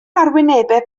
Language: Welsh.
arwynebau